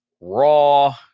raw